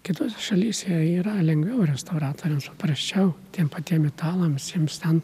kitose šalyse yra lengviau restauratoriams paprasčiau tiem patiem italams jiems ten